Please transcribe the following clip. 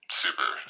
super